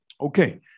Okay